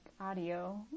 audio